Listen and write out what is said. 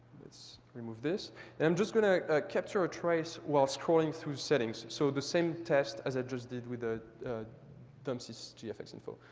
let's remove this. and i'm just going to capture a trace while scrolling through settings. so the same test as i just did with the dumpsys gfx info.